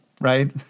right